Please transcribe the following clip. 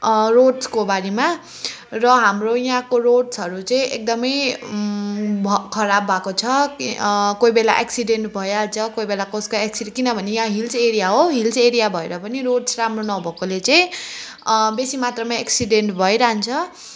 रोड्सको बारेमा र हाम्रो यहाँको रेड्सहरू चाहिँ एकदमै खराब भएको छ कोहीबेला एक्सिडेन्ट भइहाल्छ कोहीबेला कसको एक्सिडेन्ट किनभने यहाँ हिल्स एरिया हो हिल्स एरिया भएर पनि रेड्स राम्रो नभएकोले चाहिँ बेसी मात्रामा एक्सिडेन्ट भइरहन्छ